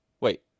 Wait